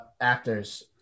Actors